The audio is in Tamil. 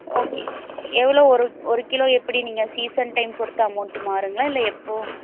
ஓகே எவ்வளோ ஒரு ஒரு கிலோ எப்படி நீங்கள் சீசன் டைம் பொறுத்து அமௌண்ட் மாறுங்களா இல்லை எப்போ